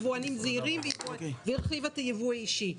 יבואנים זעירים והרחיב את הייבוא האישי.